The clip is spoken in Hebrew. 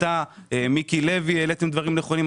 אתה מיקי לוי העליתם דברים נכונים.